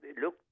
look